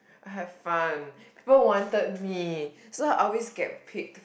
I have fun people wanted me so always get picked